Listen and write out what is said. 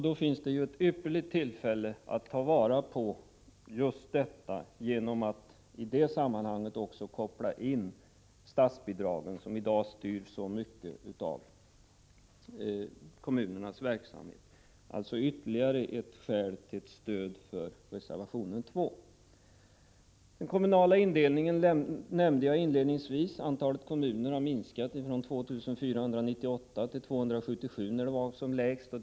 Då finns det ju ett ypperligt tillfälle att i det sammanhanget också koppla in statsbidragen, som i dag i så stor utsträckning styr kommunernas verksamhet. Det är alltså ytterligare ett argument till stöd för reservation 2. Den kommunala indelningen nämnde jag inledningsvis. Antalet kommuner har minskat från 2 498 till 277, när det var som lägst.